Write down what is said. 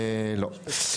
לא.